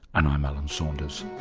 and i'm alan saunders